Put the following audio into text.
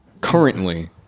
currently